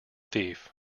thief